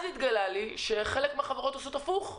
התגלה לי שחלק מהחברות עושות הפוך,